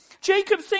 Jacob